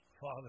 Father